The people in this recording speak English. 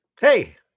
Hey